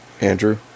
Andrew